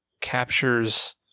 captures